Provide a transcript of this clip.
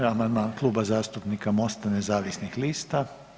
33. amandman Kluba zastupnika Mosta nezavisnih lista.